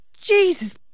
Jesus